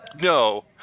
No